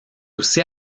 aussi